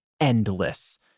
endless